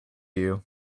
you